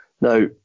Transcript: Now